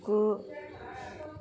गु